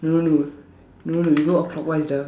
no no no we go clockwise ah